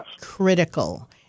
critical